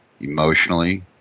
emotionally